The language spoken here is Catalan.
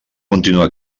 continuar